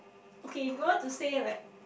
okay if you want to say like